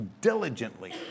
diligently